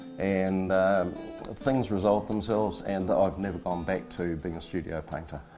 and things resolved themselves and i've never gone back to being a studio painter.